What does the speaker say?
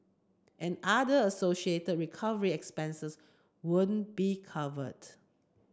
and other associated recovery expenses won't be covered